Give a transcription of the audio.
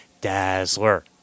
Dazzler